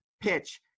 PITCH